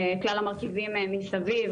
כלל המרכיבים מסביב,